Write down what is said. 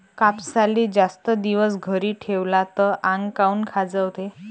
कापसाले जास्त दिवस घरी ठेवला त आंग काऊन खाजवते?